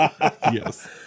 yes